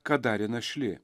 ką darė našlė